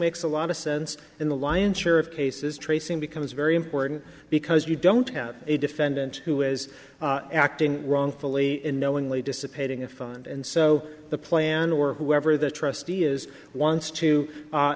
makes a lot of sense in the lion's share of cases tracing becomes very important because you don't have a defendant who is acting wrongfully in knowingly dissipating a fund and so the plan or whoever the trustee is wants to